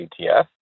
ETF